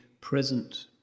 present